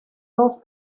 dos